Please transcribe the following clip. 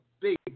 big